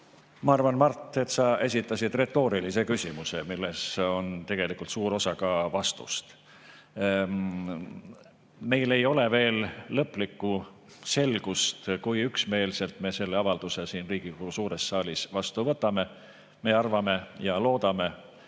Ma arvan, Mart, et sa esitasid retoorilise küsimuse, milles on tegelikult suur osa ka vastust. Meil ei ole veel lõplikku selgust, kui üksmeelselt me selle avalduse siin Riigikogu suures saalis vastu võtame. Me arvame ja loodame,